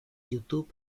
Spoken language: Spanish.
youtube